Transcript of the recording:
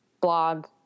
blog